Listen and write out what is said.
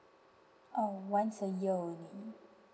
uh once a year only